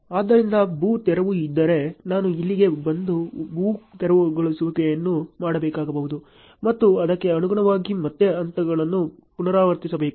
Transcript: ಆದ್ದರಿಂದ ಭೂ ತೆರವು ಇದ್ದರೆ ನಾನು ಇಲ್ಲಿಗೆ ಬಂದು ಭೂ ತೆರವುಗೊಳಿಸುವಿಕೆಯನ್ನು ಮಾಡಬೇಕಾಗಬಹುದು ಮತ್ತು ಅದಕ್ಕೆ ಅನುಗುಣವಾಗಿ ಮತ್ತೆ ಹಂತಗಳನ್ನು ಪುನರಾವರ್ತಿಸಬೇಕು